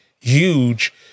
huge